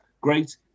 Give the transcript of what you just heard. Great